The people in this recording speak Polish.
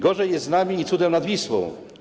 Gorzej jest z nami i cudem nad Wisłą.